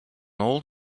old